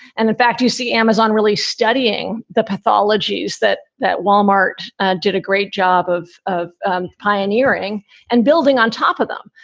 and in fact, you see amazon really studying the pathologies that that wal-mart did a great job of, of pioneering and building on top of them.